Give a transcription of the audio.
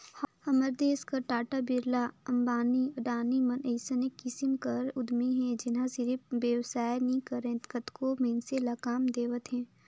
हमर देस कर टाटा, बिरला, अंबानी, अडानी मन अइसने किसिम कर उद्यमी हे जेनहा सिरिफ बेवसाय नी करय कतको मइनसे ल काम देवत हे